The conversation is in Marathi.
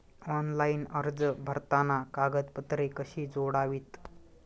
ऑनलाइन अर्ज भरताना कागदपत्रे कशी जोडावीत?